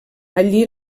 allí